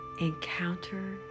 encounter